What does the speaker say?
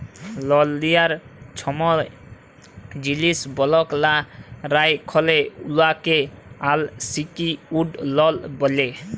লল লিয়ার ছময় জিলিস বল্ধক লা রাইখলে উয়াকে আলসিকিউর্ড লল ব্যলে